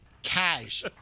cash